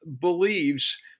believes